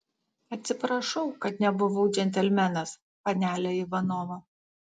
atsiprašau kad nebuvau džentelmenas panele ivanova